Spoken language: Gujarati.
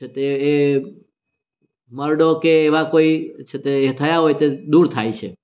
છે તે એ મરડો કે એવાં કોઈ છે તે થયા હોય તે દૂર થાય છે